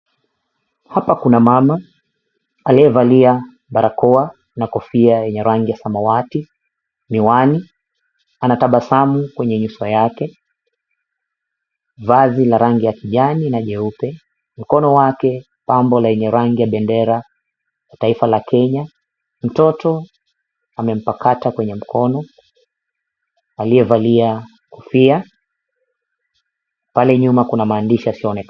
Hapa kuna mama aliyevalia barakoa na kofia ya rangi ya samawati, miwani. Ana tabasamu kwenye nyuso yake, vazi la rangi ya kijani na nyeupe. Mkono wake, pambo lenye rangi ya bendera taifa la Kenya. Mtoto amempakata kwenye mkono, aliyevalia kofia. Pale nyuma kuna maandishi yasiyoonekana.